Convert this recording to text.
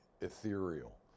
ethereal